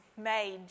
made